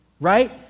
right